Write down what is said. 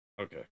Okay